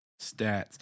Stats